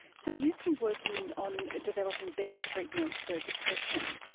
so you've been working on developing better treatment for depression.